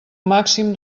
màxim